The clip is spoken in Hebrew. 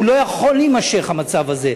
הוא לא יכול להימשך, המצב הזה.